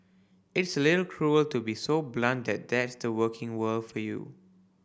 it's a little cruel to be so blunt that that's the working world for you